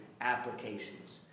applications